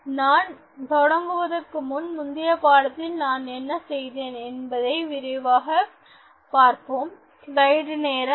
எனவே நான் தொடங்குவதற்கு முன் முந்தைய பாடத்தில் நான் என்ன செய்தேன் என்பதை விரைவாகப் பார்ப்போம்